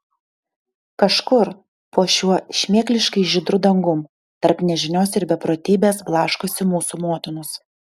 kažkur po šiuo šmėkliškai žydru dangum tarp nežinios ir beprotybės blaškosi mūsų motinos